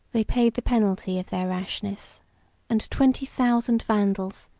they paid the penalty of their rashness and twenty thousand vandals,